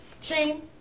Shane